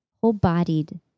whole-bodied